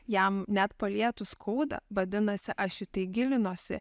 jam net palietus skauda vadinasi aš į tai gilinuosi